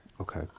Okay